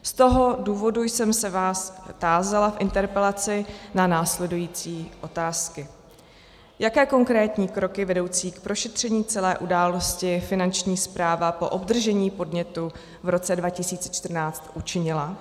Z toho důvodu jsem se vás tázala v interpelaci na následující otázky: Jaké konkrétní kroky vedoucí k prošetření celé události Finanční správa po obdržení podnětu v roce 2014 učinila?